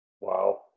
Wow